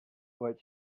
what